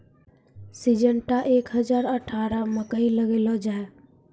Syngenta एक हजार अठारह मकई लगैलो जाय?